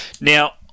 Now